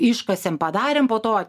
iškasėm padarėm po to